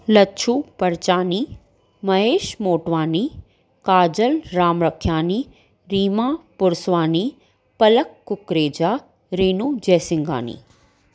Lachhu Parchani Mahesh Motwani Kajal Ram Rakhyani Reema Purswani Palak Kukreja Renu Jaisighani